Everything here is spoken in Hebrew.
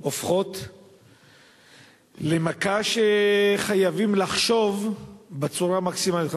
הופכות למכה וחייבים לחשוב בצורה המקסימלית.